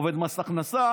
עובד מס הכנסה,